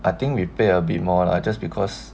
I think we pay a bit more lah just because